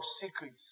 secrets